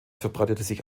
verbreitete